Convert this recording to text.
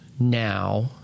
now